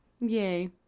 Yay